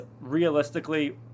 realistically